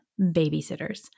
babysitters